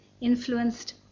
influenced